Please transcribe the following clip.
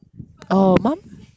oh mum